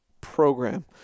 program